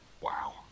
wow